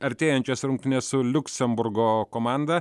artėjančias rungtynes su liuksemburgo komanda